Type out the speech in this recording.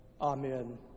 Amen